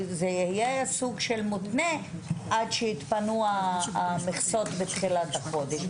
זה יהיה סוג של מותנה עד שיתפנו המכסות בתחילת החודש.